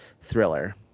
Thriller